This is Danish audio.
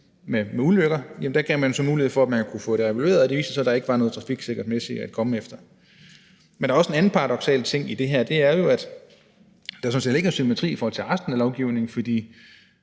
til ulykker. Der gav man så mulighed for, at man kunne få det evalueret, og det viste sig, at der ikke var noget trafiksikkerhedsmæssigt at komme efter. Men der er også en anden paradoksal ting i det her, og det er, at der sådan set ikke er symmetri i forhold til resten af lovgivningen, for